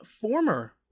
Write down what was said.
former